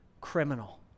criminal